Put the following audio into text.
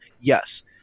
Yes